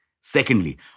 Secondly